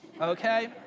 okay